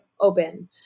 open